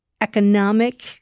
economic